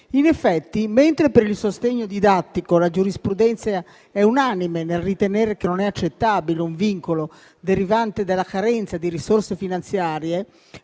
In effetti, mentre per il sostegno didattico la giurisprudenza è unanime nel ritenere che non è accettabile un vincolo derivante dalla carenza di risorse finanziarie,